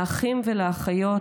לאחים, לאחיות